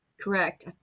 Correct